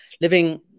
living